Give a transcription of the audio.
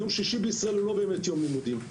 יום שישי בישראל הוא לא באמת יום לימודים.